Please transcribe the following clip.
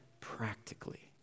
practically